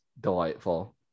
delightful